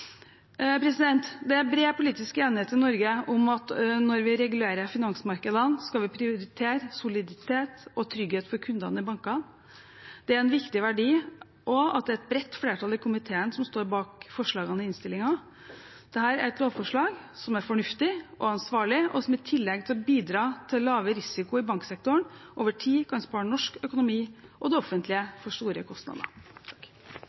Det er bred politisk enighet i Norge om at vi når vi regulerer finansmarkedene, skal prioritere soliditet og trygghet for kundene i bankene. Det er en viktig verdi også at et bredt flertall i komiteen står bak forslagene i innstillingen. Dette er et lovforslag som er fornuftig og ansvarlig, og som i tillegg til å bidra til lavere risiko i banksektoren over tid kan spare norsk økonomi og det